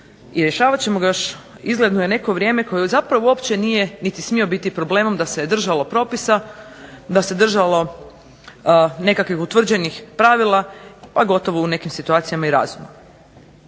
i rješavat ćemo ga još izgledno je neko vrijeme koji zapravo uopće nije niti smio biti problemom da se je držalo propisa da se držalo nekakvih utvrđenih pravila, pa gotovo u nekim situacijama i razum.